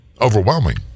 overwhelming